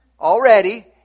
already